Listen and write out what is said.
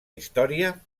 història